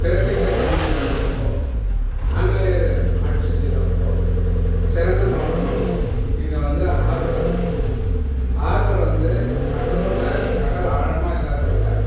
கிழக்கிந்திய கம்பெனி வந்த அப்போது ஆங்கிலேயர் ஆட்சி செய்த அப்போது சிறந்த மாவட்டமாக இருந்தது இங்கே வந்து ஹார்பர் இருக்குது ஹார்பர் வந்து கடலூரில் கடல் ஆழமாக இல்லாததால்